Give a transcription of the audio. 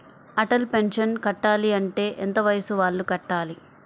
Atal pension కట్టాలి అంటే ఎంత వయసు వాళ్ళు కట్టాలి?